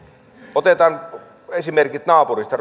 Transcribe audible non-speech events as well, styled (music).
otetaan esimerkit naapurista (unintelligible)